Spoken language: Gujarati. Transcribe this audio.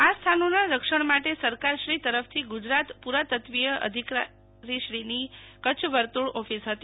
આ સ્થાનોના રક્ષણ માટે સરકાર્સ્ધરી તરફથી ગુજરાત પુરાતત્વીય અધિકારીશ્રીની કચ્છ વર્તુળ ઓફીસ હતી